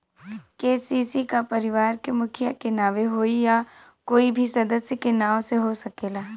KCC का परिवार के मुखिया के नावे होई या कोई भी सदस्य के नाव से हो सकेला?